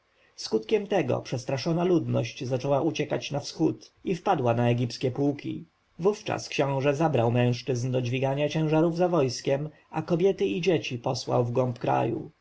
skutkiem tego przestraszona ludność zaczęła uciekać na wschód i wpadła na egipskie pułki wówczas książę zabrał mężczyzn do dźwigania ciężarów za wojskiem a kobiety i dzieci posłał wgłąb kraju